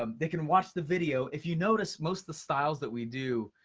um they can watch the video. if you notice, most the styles that we do,